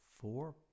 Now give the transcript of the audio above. four